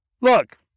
Look